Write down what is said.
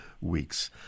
weeks